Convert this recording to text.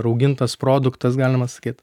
raugintas produktas galima sakyt